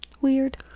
Weird